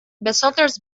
besonders